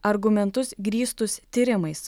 argumentus grįstus tyrimais